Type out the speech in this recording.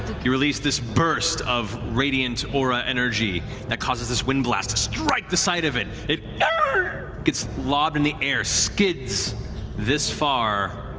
you release this burst of radiant aura energy that causes this wind blast to strike the side of it. it gets lobbed in the air, skids this far